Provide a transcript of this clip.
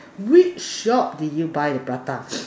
which shop did you buy the prata